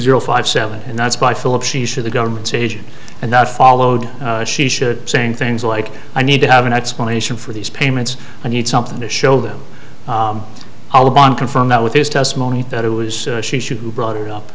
zero five seven and that's by philip shisha the government's agent and that followed she should saying things like i need to have an explanation for these payments i need something to show them all been confirmed that with his testimony that it was she should who brought it up